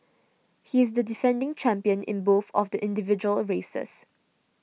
he is the defending champion in both of the individual races